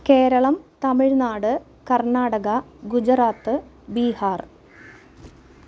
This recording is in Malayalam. കേരളം തമിഴ്നാട് കർണാടക ഗുജറാത്ത് ബീഹാർ